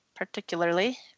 particularly